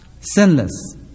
Sinless